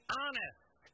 honest